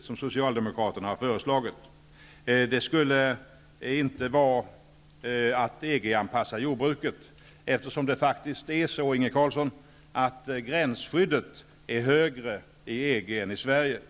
som Socialdemokraterna har föreslagit, ytterligare sänka gränsskyddet. Det skulle inte vara att EG-anpassa jordbruket, eftersom gränsskyddet faktiskt, Inge Carlsson, är högre i EG än i Sverige.